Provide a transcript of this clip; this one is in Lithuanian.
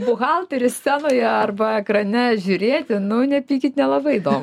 buhalterį scenoje arba ekrane žiūrėti nu nepykit nelabai įdomu